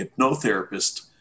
hypnotherapist